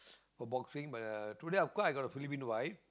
for boxing but uh today cause I got a Philipino wife